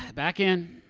ah back in.